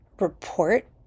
report